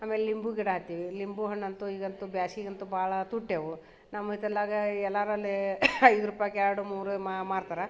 ಆಮೇಲೆ ಲಿಂಬೆ ಗಿಡ ಹಾಕಿವಿ ಲಿಂಬೆ ಹಣ್ಣು ಅಂತೂ ಈಗ ಅಂತೂ ಬ್ಯಾಸ್ಗೆಗಂತೂ ಭಾಳ ತುಟ್ಯವೆ ನಮ್ಮ ಹಿತ್ತಲದಾಗ ಎಲ್ಲರಲ್ಲಿ ಐದು ರೂಪಾಯ್ಗೆ ಎರಡು ಮೂರು ಮಾರ್ತಾರೆ